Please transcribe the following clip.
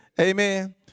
Amen